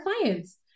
clients